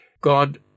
God